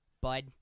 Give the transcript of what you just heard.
bud